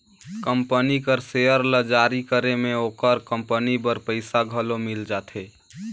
company कर share ल जारी करे में ओकर कंपनी बर पइसा घलो मिल जाथे